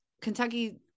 Kentucky